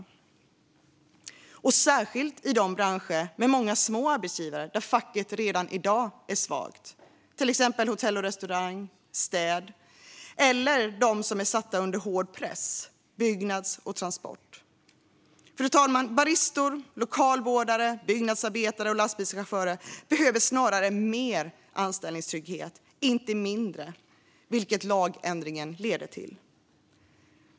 Det gäller särskilt i branscher med många små arbetsgivare där facket redan i dag är svagt, till exempel hotell och restaurangbranschen och städbranschen, och branscher som är satta under hård press, såsom byggnadsbranschen och transportbranschen. Fru talman! Baristor, lokalvårdare, byggnadsarbetare och lastbilschaufförer behöver snarare mer anställningstrygghet, inte mindre, vilket lagändringen leder till.